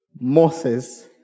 Moses